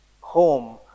home